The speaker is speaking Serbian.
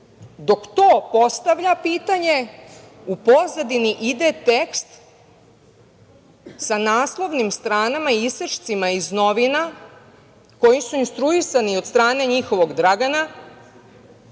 Dok to pitanje postavlja u pozadini ide tekst sa naslovnim stranama, isečcima iz novina koji su instruisani od strane njihovog Dragana,